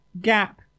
gap